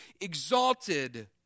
exalted